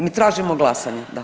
I tražimo glasanje, da.